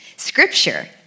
Scripture